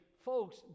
Folks